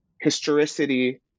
historicity